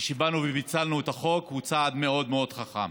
שבאנו ופיצלנו את החוק, הוא צעד מאוד מאוד חכם